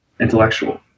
intellectual